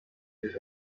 izo